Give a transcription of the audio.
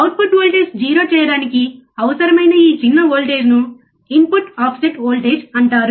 output voltage 0 చేయడానికి అవసరమైన ఈ చిన్న వోల్టేజ్ను ఇన్పుట్ ఆఫ్సెట్ వోల్టేజ్ అంటారు